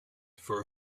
for